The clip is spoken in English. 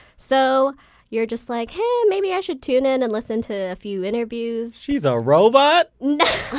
so you're just like, hey, maybe i should tune in and listen to a few interviews. she's a robot! no!